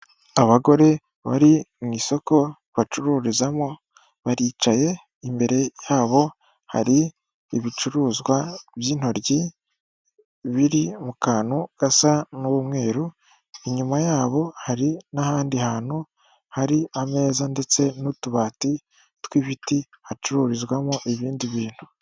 Abagore bari mu isoko bacururizamo baricaye imbere yabo hari ibicuruzwa by'intoryi biri mu kantu gasa n'umweru inyuma yabo hari n'ahandi hantu hari ameza ndetse n'utubati tw'ibiti hacururizwamo ibindi bintu.